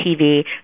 TV